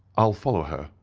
i'll follow her,